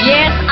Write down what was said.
Yes